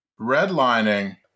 Redlining